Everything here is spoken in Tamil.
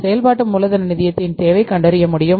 செயல்பாட்டு மூலதன நிதியத்தின் தேவை கண்டறிய முடியும்